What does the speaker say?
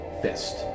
Fist